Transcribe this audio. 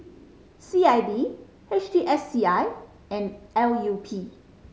C I D H T S C I and L U P